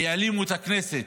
כי העלימו את הכנסת.